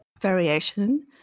variation